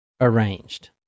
arranged